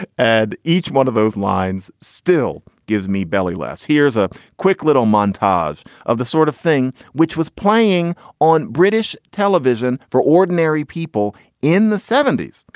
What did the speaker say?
add each one of those lines still gives me belly laughs. here's a quick little montage of the sort of thing which was playing on british television for ordinary people in the seventy s.